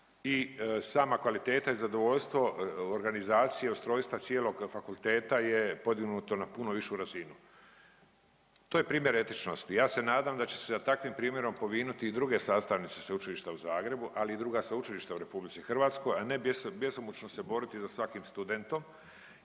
I sama kvaliteta i zadovoljstvo organizacije, ustrojstva cijelog fakulteta je podignuto na puno višu razinu. To je primjer etičnosti. Ja se nadam da će se takvim primjerom povinuti i druge sastavnice Sveučilišta u Zagrebu, ali i druga sveučilišta u Republici Hrvatskoj, a ne bjesomučno se boriti za svakim studentom.